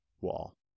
wall